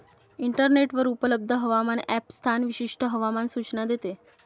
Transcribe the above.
इंटरनेटवर उपलब्ध हवामान ॲप स्थान विशिष्ट हवामान सूचना देते